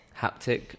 Haptic